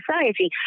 society